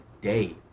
day